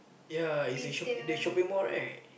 ya is a shop the shopping mall right